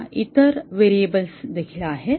आता इतर व्हेरिएबल्स देखील आहेत